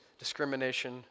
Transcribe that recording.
discrimination